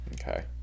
Okay